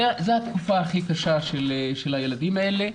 זו התקופה הכי קשה של הילדים האלה,